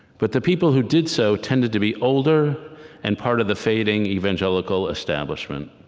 but the people who did so tended to be older and part of the fading evangelical establishment.